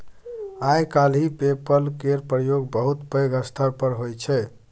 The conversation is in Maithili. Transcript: आइ काल्हि पे पल केर प्रयोग बहुत पैघ स्तर पर होइ छै